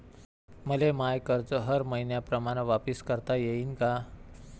मले माय कर्ज हर मईन्याप्रमाणं वापिस करता येईन का?